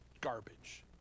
Garbage